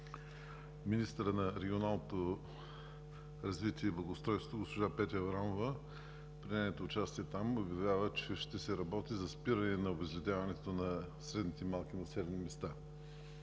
министърът на регионалното развитие и благоустройството госпожа Петя Аврамова при нейното участие там обявява, че ще се работи за спиране на обезлюдяването на средните и малките населени места.